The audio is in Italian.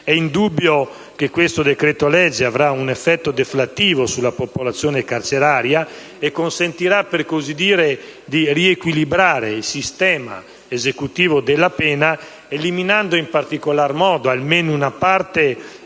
È indubbio che questo decreto‑legge avrà un effetto deflattivo sulla popolazione carceraria e consentirà, per così dire, di riequilibrare il sistema esecutivo della pena, eliminando in particolar modo almeno una parte